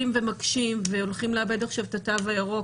ומקשים והולכים לאבד עכשיו את התו הירוק